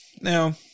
Now